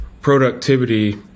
productivity